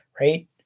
right